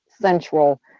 central